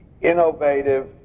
innovative